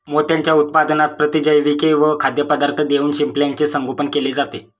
मोत्यांच्या उत्पादनात प्रतिजैविके व खाद्यपदार्थ देऊन शिंपल्याचे संगोपन केले जाते